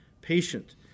patient